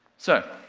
so,